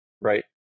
right